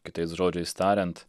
kitais žodžiais tariant